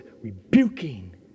rebuking